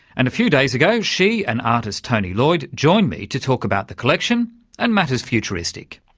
and a few days ago she and artist tony lloyd joined me to talk about the collection and matters futuristic.